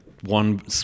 one